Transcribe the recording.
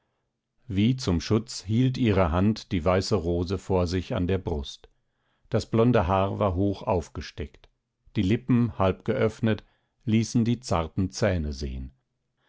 wie zum schutz hielt ihre hand die weiße rose vor sich an der brust das blonde haar war hoch aufgesteckt die lippen halb geöffnet ließen die zarten zähne sehen